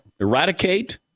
eradicate